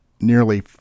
nearly